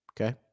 okay